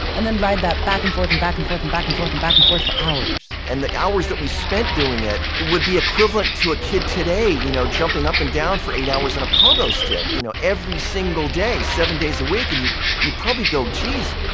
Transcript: and then ride that back and forth and back and forth and back and forth and back and forth for hours. and the hours that we spent doing it would be the equivalent to a kid today, you know, jumping up and down for eight hours on a pogo stick, you know, every single day, seven days a week. and you'd you'd probably go geez,